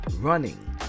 running